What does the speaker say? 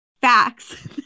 facts